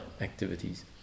activities